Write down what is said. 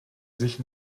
sich